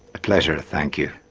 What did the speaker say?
a pleasure, thank you.